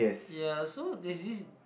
ya so there's this